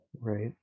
right